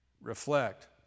reflect